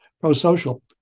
pro-social